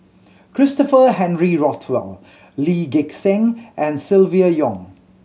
Christopher Henry Rothwell Lee Gek Seng and Silvia Yong